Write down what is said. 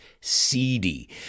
seedy